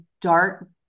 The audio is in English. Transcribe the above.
dark